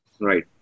Right